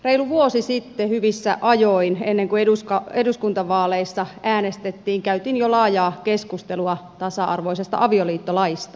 reilu vuosi sitten hyvissä ajoin ennen kuin eduskuntavaaleissa äänestettiin käytiin jo laajaa keskustelua tasa arvoisesta avioliittolaista